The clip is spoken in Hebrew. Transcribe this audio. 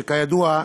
שכידוע,